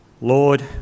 Lord